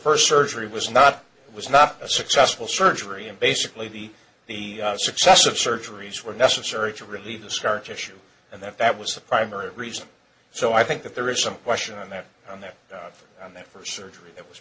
first surgery was not was not a successful surgery and basically the success of surgeries were necessary to relieve the scar tissue and that that was a primary reason so i think that there is some question on that on that on that for surgery that was